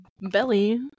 Belly